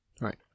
Right